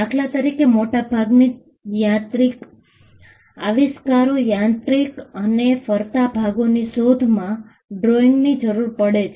દાખલા તરીકે મોટાભાગની યાંત્રિક આવિષ્કારો યાંત્રિક અને ફરતા ભાગોની શોધમાં ડ્રોઇંગની જરૂર પડે છે